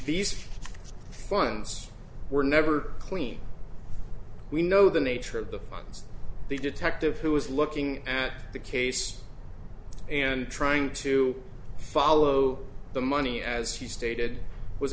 these funds were never clean we know the nature of the funds the detective who is looking at the case and trying to follow the money as he stated was